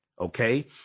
Okay